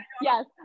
yes